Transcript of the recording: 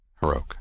heroic